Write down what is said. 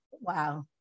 Wow